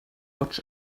watch